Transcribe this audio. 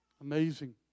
Amazing